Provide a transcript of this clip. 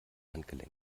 handgelenk